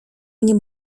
mnie